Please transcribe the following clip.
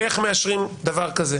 איך מאשרים דבר כזה?